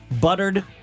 Buttered